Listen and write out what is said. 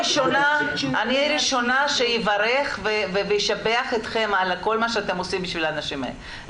אני הראשונה שאברך ואשבח אתכם על כל מה שאתם עושים בכלל,